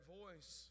voice